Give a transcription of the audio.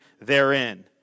therein